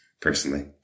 personally